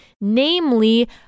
namely